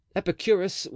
Epicurus